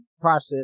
process